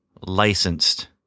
licensed